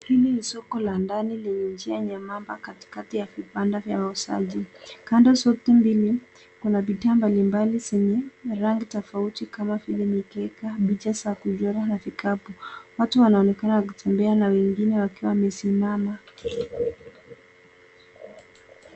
Hili ni soko la ndani lenye njia nyembamba katikati ya vibanda vya wauzaji. Kando zote mbili, kuna bidhaa mbalimbali zenye rangi tofauti kama vile mikeka, picha za kuchora na vikapu. Watu wanaonekana wakitembea na wengine wakiwa wamesimama.